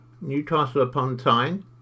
Newcastle-upon-Tyne